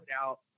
out